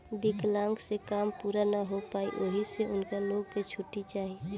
विकलांक से काम पूरा ना हो पाई ओहि से उनका लो के छुट्टी चाही